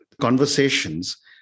conversations